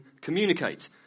communicate